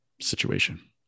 situation